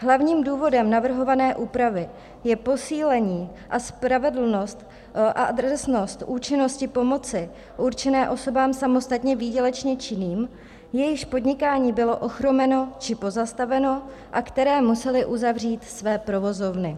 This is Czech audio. Hlavním důvodem navrhované úpravy je posílení a spravedlnost a adresnost účinnosti pomoci určené osobám samostatně výdělečně činným, jejichž podnikání bylo ochromeno či pozastaveno a které musely uzavřít své provozovny.